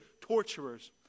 torturers